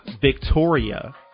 Victoria